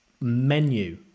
menu